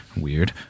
Weird